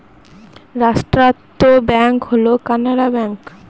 রাষ্ট্রায়ত্ত ব্যাঙ্ক হল কানাড়া ব্যাঙ্ক